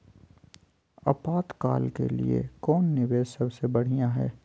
आपातकाल के लिए कौन निवेस सबसे बढ़िया है?